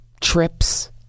trips